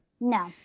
No